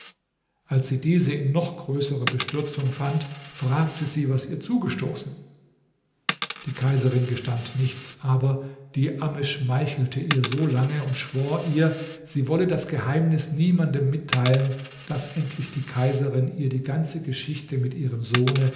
als sie diese in noch größerer bestürzung fand fragte sie was ihr zugestoßen die kaiserin gestand nichts aber die amme schmeichelte ihr solange und schwor ihr sie wolle das geheimnis niemandem mitteilen daß endlich die kaiserin ihr die ganze geschichte mit ihrem sohne